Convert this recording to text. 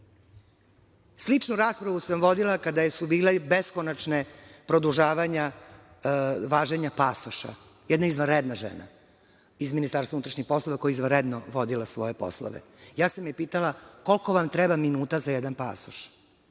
kada? Sličnu raspravu sam vodila kada su bila beskonačna produžavanja važenja pasoša, jedna izvanredna žena iz MUP, koja je izvanredno vodila svoje poslove. Ja sam je pitala - koliko vam treba minuta za jedan pasoš?